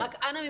אבל אנא,